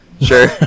Sure